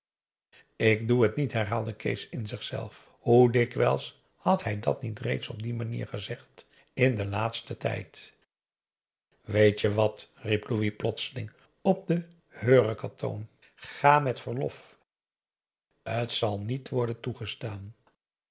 ik doe het niet herhaalde kees in zichzelf hoe dikwijls had hij dat niet reeds op die manier gezegd in den laatsten tijd weet je wat riep louis plotseling op den heurekatoon ga met verlof t zal niet worden toegestaan